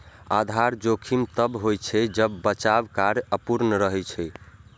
आधार जोखिम तब होइ छै, जब बचाव कार्य अपूर्ण रहै छै